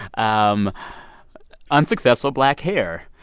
um unsuccessful black hair,